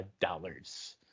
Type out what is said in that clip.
dollars